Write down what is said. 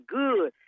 good